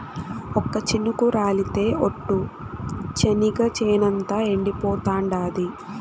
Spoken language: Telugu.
ఒక్క చినుకు రాలితె ఒట్టు, చెనిగ చేనంతా ఎండిపోతాండాది